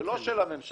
שהם לא של הממשלה,